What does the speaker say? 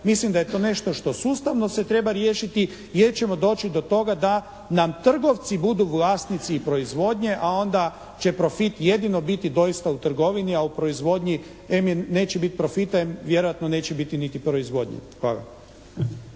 Mislim da je to nešto što sustavno se treba riješiti jer ćemo doći do toga da nam trgovci budu vlasnici proizvodnje, a onda će profit jedino biti doista u trgovini, a u proizvodnji em neće biti profita, em vjerojatno neće biti ni proizvodnje.